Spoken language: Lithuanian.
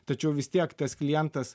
tačiau vis tiek tas klientas